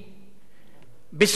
בישרו לנו בשורות אחרות,